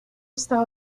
esta